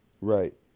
Right